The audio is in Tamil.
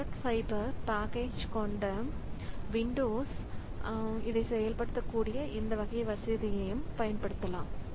த்ரெட் ஃபைபர் பேக்கேஜ் கொண்ட விண்டோஸ் இதைச் செயல்படுத்தக்கூடிய இந்த வகை வசதியையும் பயன்படுத்தலாம்